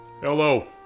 Hello